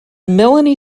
melanie